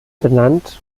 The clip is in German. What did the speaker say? benannt